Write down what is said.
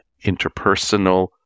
interpersonal